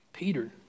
Peter